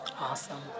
Awesome